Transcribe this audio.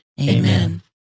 Amen